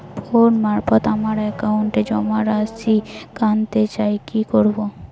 Phone মারফত আমার একাউন্টে জমা রাশি কান্তে চাই কি করবো?